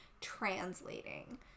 translating